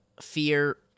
fear